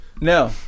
No